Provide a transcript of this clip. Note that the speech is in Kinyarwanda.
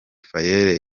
faye